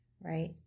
Right